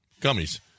gummies